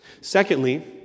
Secondly